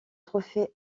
trophée